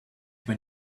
when